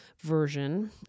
version